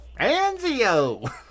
anzio